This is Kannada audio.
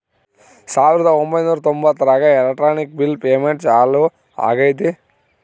ಸಾವಿರದ ಒಂಬೈನೂರ ತೊಂಬತ್ತರಾಗ ಎಲೆಕ್ಟ್ರಾನಿಕ್ ಬಿಲ್ ಪೇಮೆಂಟ್ ಚಾಲೂ ಆಗೈತೆ